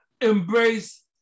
embrace